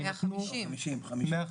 50 מיליון.